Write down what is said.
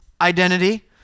identity